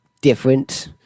different